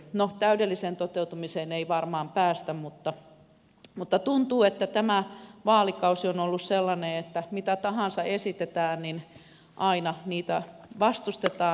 no täydelliseen toteutumiseen ei varmaan päästä mutta tuntuu että tämä vaalikausi on ollut sellainen että mitä tahansa esitetään niin aina sitä vastustetaan